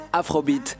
afrobeat